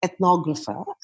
ethnographer